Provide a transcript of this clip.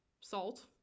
salt